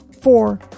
four